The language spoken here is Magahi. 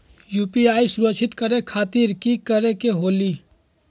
यू.पी.आई सुरक्षित करे खातिर कि करे के होलि?